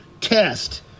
test